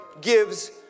gives